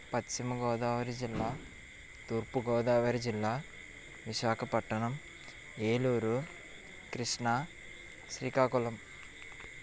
పశ్చిమగోదావరి జిల్లా తూర్పుగోదావరి జిల్లా విశాఖపట్నం ఏలూరు కృష్ణ శ్రీకాకుళం